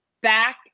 back